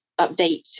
update